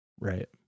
Right